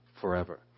forever